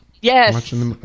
Yes